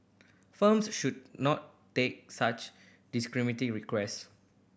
firms should not day such discriminatory requests